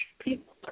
people